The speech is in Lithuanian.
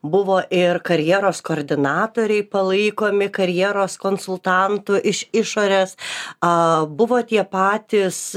buvo ir karjeros koordinatoriai palaikomi karjeros konsultantų iš išorės a buvo tie patys